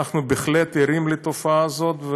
אנחנו בהחלט ערים לתופעה הזאת,